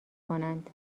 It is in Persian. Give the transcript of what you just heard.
کنند